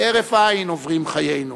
כהרף עין עוברים חיינו,